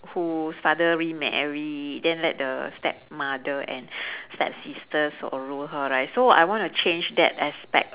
whose father remarried then let the stepmother and stepsisters swallow her right so I want to change that aspect